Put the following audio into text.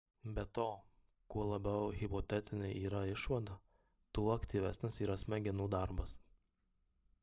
be to kuo labiau hipotetinė yra išvada tuo aktyvesnis yra smegenų darbas